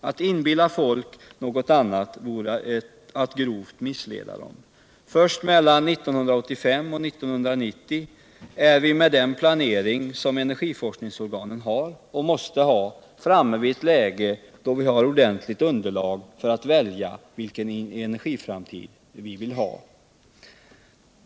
Att inbilla folk något annat vore att grovt missleda dem. Först mellan 1985 och 1990 är vi — med den planering som energiforskningsorganisationen har och måste ha —- framme vid ett läge. där vi har ordentligt underlag för att välja vilken energiframtid vi vill ha.